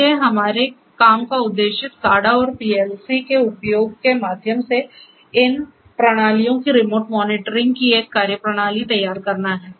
इसलिए हमारे काम का उद्देश्य SCADA और PLC के उपयोग के माध्यम से इन प्रणालियों की रिमोट मॉनिटरिंग की एक कार्यप्रणाली तैयार करना है